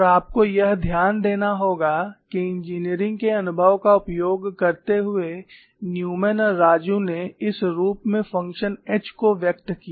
और आपको यह ध्यान देना होगा कि इंजीनियरिंग के अनुभव का उपयोग करते हुए न्यूमैन और राजू ने इस रूप में फ़ंक्शन H को व्यक्त किया